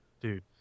Dude